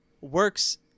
works